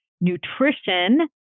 nutrition